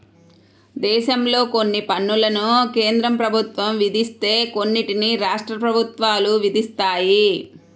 దేశంలో కొన్ని పన్నులను కేంద్ర ప్రభుత్వం విధిస్తే కొన్నిటిని రాష్ట్ర ప్రభుత్వాలు విధిస్తాయి